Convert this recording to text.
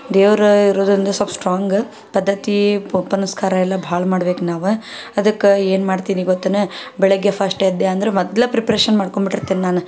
ದೇವ್ರು ಇರೋದು ಒಂದು ಸ್ವಲ್ಪ ಸ್ಟ್ರಾಂಗ್ ಪದ್ಧತಿ ಎಲ್ಲ ಭಾಳ ಮಾಡ್ಬೇಕು ನಾವು ಅದಕ್ಕೆ ಏನು ಮಾಡ್ತೀನಿ ಗೊತ್ತೇನು ಬೆಳಗ್ಗೆ ಫಸ್ಟ್ ಎದ್ದೆ ಅಂದ್ರೆ ಮೊದಲೇ ಪ್ರಿಪ್ರೇಷನ್ ಮಾಡ್ಕೊಂಡು ಬಿಟ್ಟಿರ್ತೀನಿ ನಾನು